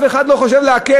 שבהם אף אחד לא חושב להקל.